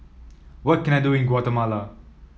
what can I do in Guatemala